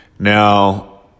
Now